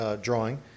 drawing